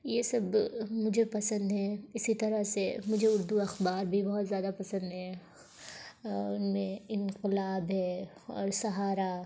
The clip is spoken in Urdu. یہ سب مجھے پسند ہیں اسی طرح سے مجھے اردو اخبار بھی بہت زیادہ پسند ہیں اور ان میں انقلاب ہے اور سہارا